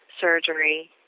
surgery